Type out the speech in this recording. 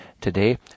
today